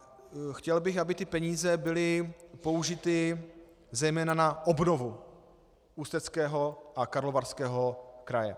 A chtěl bych, aby ty peníze byly použity zejména na obnovu Ústeckého a Karlovarského kraje.